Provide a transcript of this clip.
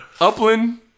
Upland